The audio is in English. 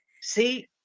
see